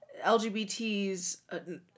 LGBTs